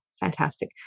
fantastic